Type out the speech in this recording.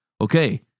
okay